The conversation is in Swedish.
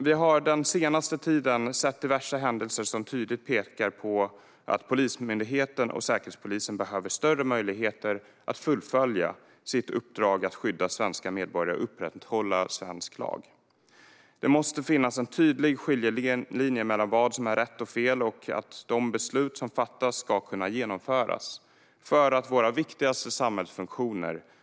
Vi har den senaste tiden sett diverse händelser som tydligt pekar på att Polismyndigheten och Säkerhetspolisen behöver större möjligheter att fullfölja sitt uppdrag att skydda svenska medborgare och upprätthålla svensk lag. Det måste finnas en tydlig skiljelinje mellan vad som är rätt och vad som är fel. De beslut som fattas måste kunna genomföras för att våra viktigaste samhällsfunktioner ska fungera.